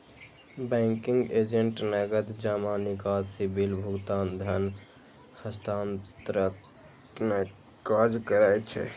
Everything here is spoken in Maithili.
बैंकिंग एजेंट नकद जमा, निकासी, बिल भुगतान, धन हस्तांतरणक काज करै छै